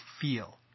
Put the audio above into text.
feel